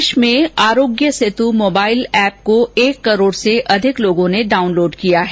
देश में Aarogya Setu mobile app को एक करोड़ से अधिक लोगों ने डाउनलोड किया है